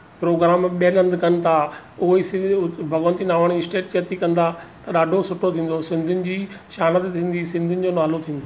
programme ॿियनि हंधु कनि था उअई भगवंती नावाणी स्टेज ते अची कंदा ॾाढो सुठो थींदो सिंधिनि जी सियाणतु त थींदी सिंधिनि जो नालो थींदो